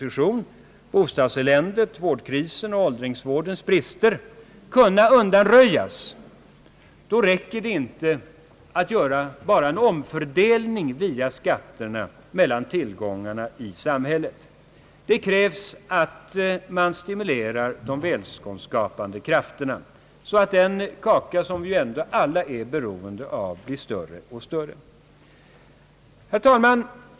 Skall bostadseländet, vårdkrisen och åldringsvårdens brister kunna undanröjas, räcker det inte med att via skatterna omfördela tillgångarna i samhället. Det krävs att vi medvetet stimulerar de välståndsskapande krafterna så att den kaka som vi ju alla är beroende av blir större och större. Herr talman!